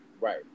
right